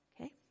Okay